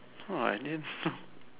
oh I didn't know